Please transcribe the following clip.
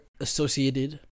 associated